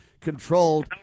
controlled